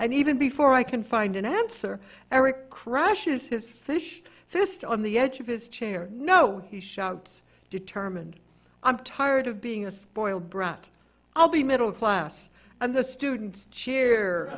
and even before i can find an answer eric crashes this fish this on the edge of his chair no he shouts determined i'm tired of being a spoiled brat i'll be middle class and the students cheer